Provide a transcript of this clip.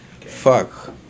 Fuck